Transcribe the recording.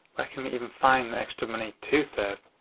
where can we even find the extra money to save?